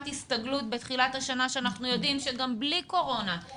הסתגלות בתחילת השנה כשאנחנו יודעים שגם בלי קורונה זו